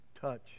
touch